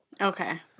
Okay